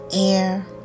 air